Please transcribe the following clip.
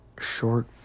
short